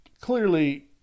clearly